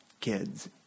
kids